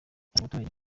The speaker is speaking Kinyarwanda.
yanasabye